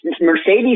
Mercedes